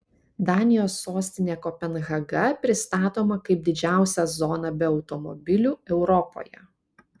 danijos sostinė kopenhaga pristatoma kaip didžiausia zona be automobilių europoje